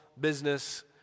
business